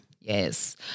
Yes